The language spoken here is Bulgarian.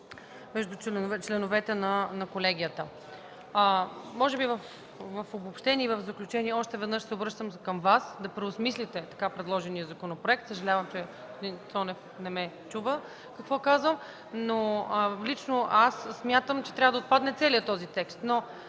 между членовете на колегията. В обобщение и заключение още веднъж се обръщам към Вас да преосмислите така предложения законопроект. Съжалявам, че господин Цонев не чува какво казвам. Лично аз смятам, че трябва да отпадне целият този текст.